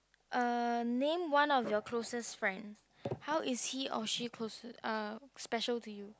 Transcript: uh name one of your closest friend how is he or she closer uh special to you